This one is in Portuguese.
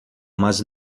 mas